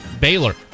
Baylor